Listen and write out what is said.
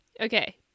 Okay